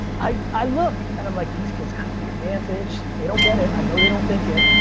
i i look, and i'm like, these kids got the advantage. they don't get it, i know they don't think it,